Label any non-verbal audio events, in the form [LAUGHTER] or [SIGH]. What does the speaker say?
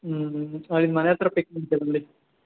ಹ್ಞೂ ಹ್ಞೂ ಅವ್ನಿಗೆ ಮನೆ ಹತ್ರ ಪಿಕ್ ಮಾಡ್ತೀನಿ [UNINTELLIGIBLE]